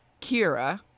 Kira